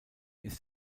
ist